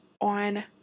on